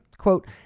Quote